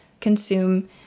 consume